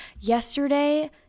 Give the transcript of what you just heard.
yesterday